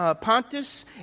Pontus